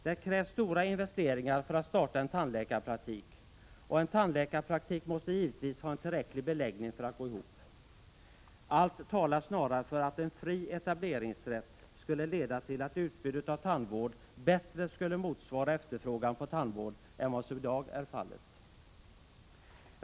Det krävs stora investeringar för att starta en tandläkarpraktik, och en tandläkarpraktik måste givetvis ha en tillräcklig beläggning för att gå ihop. Allt talar snarare för att en fri etableringsrätt skulle leda till att utbudet av tandvård bättre skulle motsvara efterfrågan på tandvård än vad som i dag är fallet.